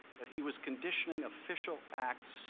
that he was conditioning official acts